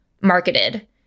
marketed